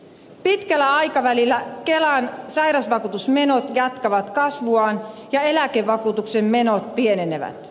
pitkällä aikavälillä kelan sairausvakuutusmenot jatkavat kasvuaan ja eläkevakuutuksen menot pienenevät